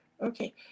Okay